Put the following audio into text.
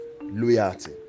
loyalty